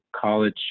college